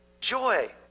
joy